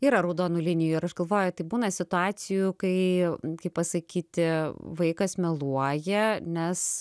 yra raudonų linijų ir aš galvoju tai būna situacijų kai kaip pasakyti vaikas meluoja nes